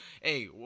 hey